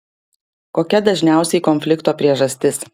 kokia dažniausiai konflikto priežastis